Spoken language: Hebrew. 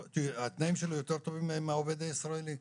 התנאים שלו יותר טובים משל העובד הישראלי.